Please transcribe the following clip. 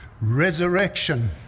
resurrection